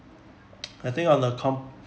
I think on the com~